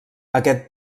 aquest